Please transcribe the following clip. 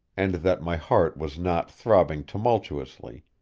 and that my heart was not throbbing tumultuously,